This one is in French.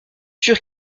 sûr